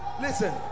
Listen